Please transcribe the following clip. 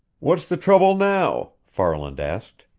what's the trouble now? farland asked.